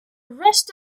rest